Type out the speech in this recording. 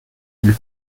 and